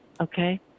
okay